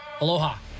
Aloha